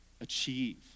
achieve